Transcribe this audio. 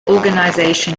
organization